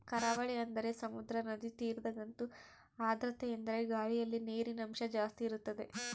ಕರಾವಳಿ ಅಂದರೆ ಸಮುದ್ರ, ನದಿ ತೀರದಗಂತೂ ಆರ್ದ್ರತೆಯೆಂದರೆ ಗಾಳಿಯಲ್ಲಿ ನೀರಿನಂಶ ಜಾಸ್ತಿ ಇರುತ್ತದೆ